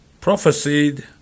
prophesied